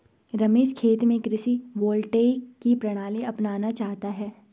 रमेश खेत में कृषि वोल्टेइक की प्रणाली अपनाना चाहता है